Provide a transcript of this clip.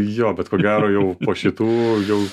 jo bet ko gero jau po šitų jau